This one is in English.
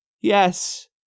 yes